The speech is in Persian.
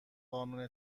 قانون